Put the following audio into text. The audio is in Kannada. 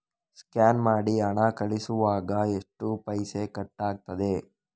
ಸ್ಕ್ಯಾನ್ ಮಾಡಿ ಹಣ ಕಳಿಸುವಾಗ ಎಷ್ಟು ಪೈಸೆ ಕಟ್ಟಾಗ್ತದೆ?